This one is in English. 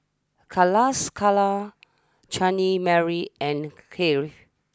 Calascara Chutney Mary and Crave